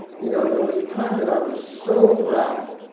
you know there was a time that i was so proud